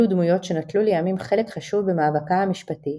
אלו דמויות שנטלו לימים חלק חשוב במאבקה המשפטי,